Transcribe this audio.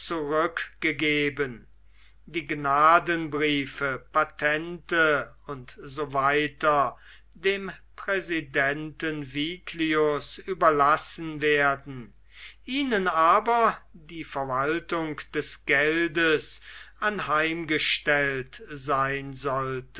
zurückgegeben die gnadenbriefe patente u s w dem präsidenten viglius überlassen werden ihnen aber die verwaltung des geldes anheimgestellt sein sollte